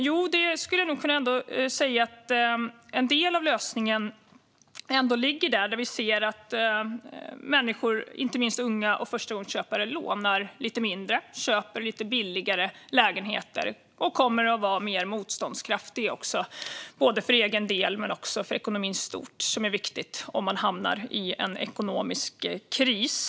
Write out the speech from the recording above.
Men jag skulle ändå kunna säga att en del av lösningen ligger där. Vi ser att människor, inte minst unga och förstagångsköpare, lånar lite mindre, köper lite billigare lägenheter och kommer att vara mer motståndskraftiga både för egen del och för ekonomin i stort. Det är viktigt om man hamnar i en ekonomisk kris.